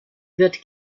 wird